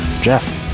Jeff